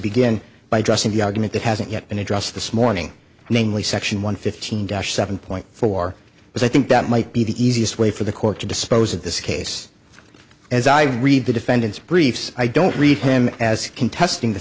begin by addressing the argument that hasn't yet been addressed this morning namely section one fifteen dash seven point four but i think that might be the easiest way for the court to dispose of this case as i read the defendant's briefs i don't read him as contesting the